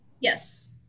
Yes